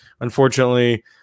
unfortunately